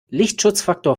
lichtschutzfaktor